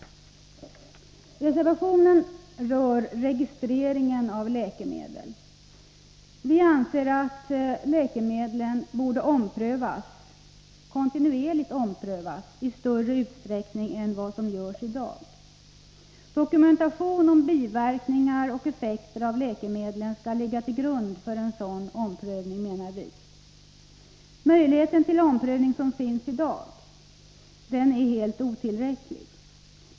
Reservationen rör registreringen av läkemedel. Vi anser att läkemedlen bör omprövas kontinuerligt i större utsträckning än som görs i dag. Dokumentation om biverkningar och effekter av läkemedel skall enligt vår mening ligga till grund för en sådan omprövning. Den möjlighet till omprövning som finns i dag är helt otillräcklig.